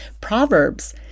Proverbs